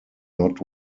not